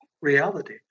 Reality